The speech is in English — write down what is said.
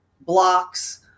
blocks